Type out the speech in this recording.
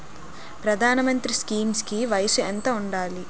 ప్రధాన మంత్రి స్కీమ్స్ కి వయసు ఎంత ఉండాలి?